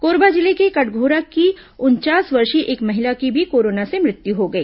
कोरबा जिले के कटघोरा की उनचास वर्षीय एक महिला की भी कोरोना से मृत्यु हो गई